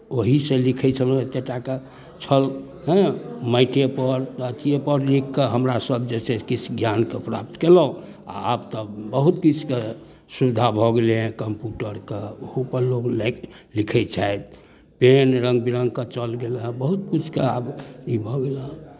ओहीसँ लिखैत छलहुँ एतेक टाके छल हेँ माटिएपर अथिएपर लिखि कऽ हमरासभ जे छै किछु ज्ञान प्राप्त कएलहुँ आब तऽ बहुत किछुके सुविधा भऽ गेलै हेँ कम्प्यूटरके ओहोपर लोग लाखि लिखैत छथि पेन रङ्ग विरङ्गके चलि गेल हेँ बहुत किछुके आब ई भऽ गेल हेँ